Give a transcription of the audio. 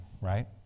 right